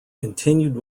continued